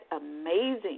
amazing